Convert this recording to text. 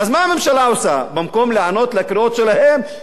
במקום להיענות לקריאות שלהם היא מטילה עוד גזירות.